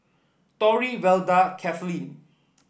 Torry Velda Cathleen